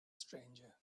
stranger